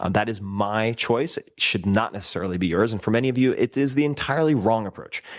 and that is my choice it should not necessarily be yours. and for many of you, it is the entirely wrong approach.